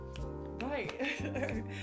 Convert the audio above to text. Right